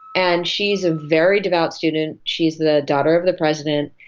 and she is a very devout student, she is the daughter of the president,